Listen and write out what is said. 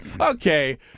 okay